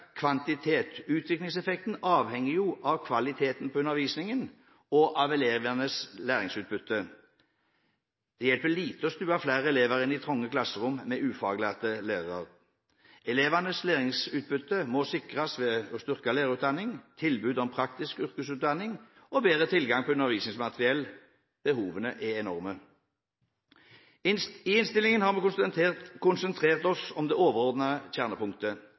kvantitet. Utviklingseffekten avhenger jo av kvaliteten på undervisningen, og av elevenes læringsutbytte. Det hjelper lite å stue flere elever inn i trange klasserom med ufaglærte lærere. Elevenes læringsutbytte må sikres ved å styrke lærerutdanning, tilbud om praktisk yrkesutdanning og bedre tilgang på undervisningsmateriell. Behovene er enorme. I innstillingen har vi konsentrert oss om det overordnede kjernepunktet.